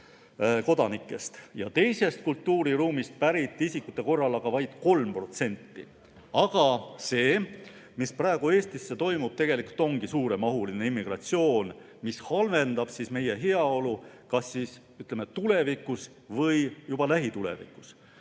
ja teisest kultuuriruumist pärit isikute puhul vaid 3%. See, mis praegu Eestis toimub, tegelikult ongi suuremahuline immigratsioon, mis halvendab meie heaolu kas tulevikus või juba lähitulevikus.